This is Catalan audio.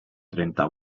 trenta